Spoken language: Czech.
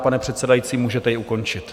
Pane předsedající, můžete ji ukončit.